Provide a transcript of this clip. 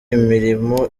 imirimo